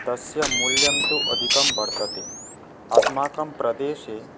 तस्य मूल्यन्तु अधिकं वर्तते अस्माकं प्रदेशे